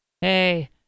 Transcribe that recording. Hey